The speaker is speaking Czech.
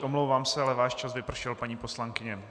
Omlouvám se, ale váš čas vypršel, paní poslankyně.